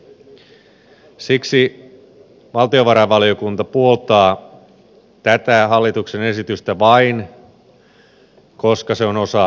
siksi valtiovarainvaliokunta puoltaa tätä hallituksen esitystä vain koska se on osa työmarkkinaratkaisua